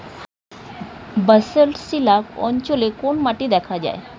Basalt শিলা অঞ্চলে কোন মাটি দেখা যায়?